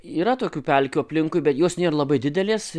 yra tokių pelkių aplinkui bet jos nėra labai didelės